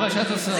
זה מה שאת עושה.